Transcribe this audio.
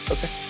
Okay